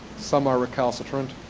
some are recalcitrant,